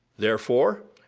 therefore,